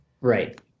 Right